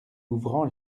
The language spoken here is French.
ouvrant